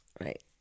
Right